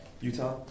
Utah